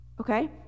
okay